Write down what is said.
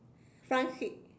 front seat